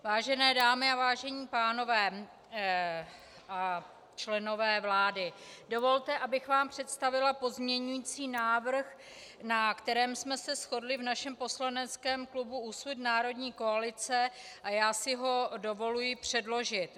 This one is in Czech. Vážené dámy, vážení pánové a členové vlády, dovolte, abych vám představila pozměňovací návrh, na kterém jsme se shodli v našem poslaneckém klubu Úsvit Národní koalice, a já si ho dovoluji předložit.